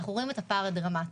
רואים את הפער הדרמטי.